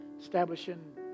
establishing